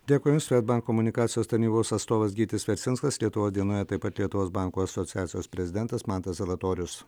dėkui jums svedbank komunikacijos tarnybos atstovas gytis vercinskas lietuvos dienoje taip pat lietuvos bankų asociacijos prezidentas mantas zalatorius